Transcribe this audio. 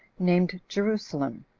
named jerusalem.